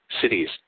cities